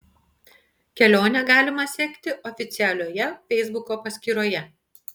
kelionę galima sekti oficialioje feisbuko paskyroje